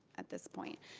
at this point.